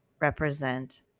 represent